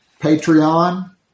Patreon